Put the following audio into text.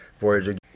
Voyager